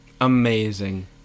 Amazing